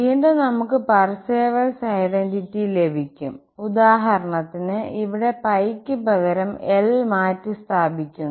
വീണ്ടും നമുക്ക് Parseval's identity ലഭിക്കും ഉദാഹരണത്തിന് ഇവിടെ ക്ക് പകരം L മാറ്റിസ്ഥാപിക്കുന്നു